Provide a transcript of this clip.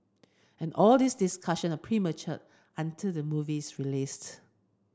and all these discussion are premature until the movie is released